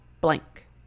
blank